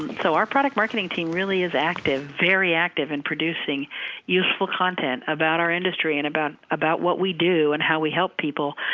so our product marketing team really is active, very active in producing useful content about our industry and about about what we do, and how we help people,